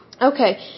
Okay